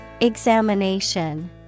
Examination